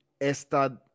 Esta